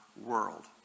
world